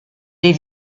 des